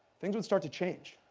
things would start to change.